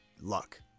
luck